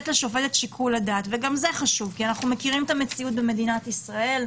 אנחנו מכירים את המציאות במדינת ישראל,